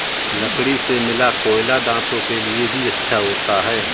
लकड़ी से मिला कोयला दांतों के लिए भी अच्छा होता है